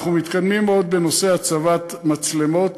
אנחנו מתקדמים מאוד בנושא הצבת מצלמות,